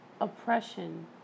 oppression